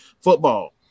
football